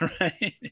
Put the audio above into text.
right